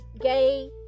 Gay